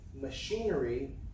machinery